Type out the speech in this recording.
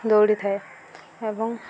ଦୌଡ଼ିଥାଏ ଏବଂ